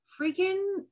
freaking